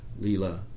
Leela